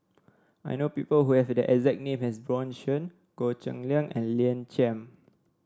I know people who have the exact name as Bjorn Shen Goh Cheng Liang and Lina Chiam